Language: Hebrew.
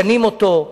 משנים אותו.